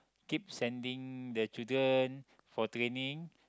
keep sending the children for training